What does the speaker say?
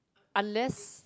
unless